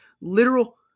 literal